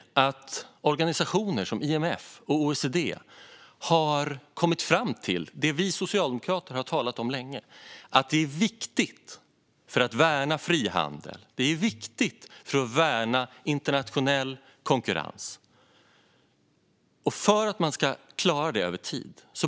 Organisationer som IMF och OECD har kommit fram till det som vi socialdemokrater har talat om länge, nämligen att rejäla trygghetssystem är viktiga för att värna frihandel och internationell konkurrens över tid.